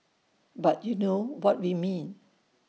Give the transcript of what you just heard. but you know what we mean